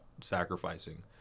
sacrificing